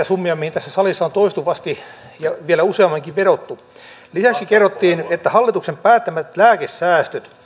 summia mihin tässä salissa on toistuvasti ja vielä useamminkin vedottu vaan huomattavasti vähemmän lisäksi kerrottiin että hallituksen päättämät lääkesäästöt